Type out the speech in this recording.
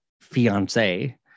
fiance